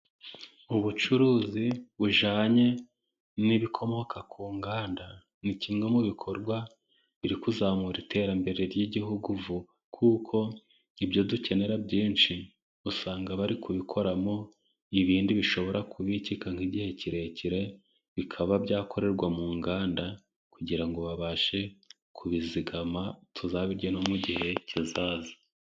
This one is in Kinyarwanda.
Ubucuruzi bujyanye n'ibikomoka ku nganda, ni kimwe mu bikorwa biri kuzamura iterambere ry'Igihugu vuba, kuko ibyo dukenera byinshi usanga bari kubikoramo ibindi bishobora kubikika nk' igihe kirekire, bikaba byakorerwa mu nganda kugira ngo babashe kubizigama tuzabigerye mu gihe kizaza.